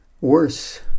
Worse